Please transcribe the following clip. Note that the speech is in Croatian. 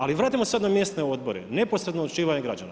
Ali, vratimo se sad na mjesne odbore, neposredno uključivanje građana.